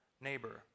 neighbor